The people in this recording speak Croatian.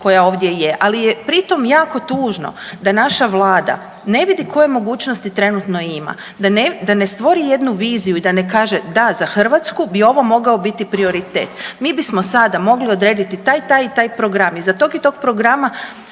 koja ovdje je, ali je pri tom jako tužno da naša Vlada ne vidi koje mogućnosti trenutno ima, da ne stvori jednu viziju i da ne kaže da za Hrvatsku bi ovo mogao biti prioritet. Mi bismo sada mogli odrediti taj, taj i taj program iza tog i tog programa